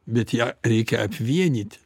bet ją reikia apvienyti